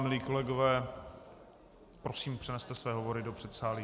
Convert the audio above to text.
Milí kolegové., prosím, přeneste své hovory do předsálí.